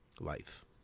life